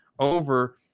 over